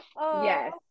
yes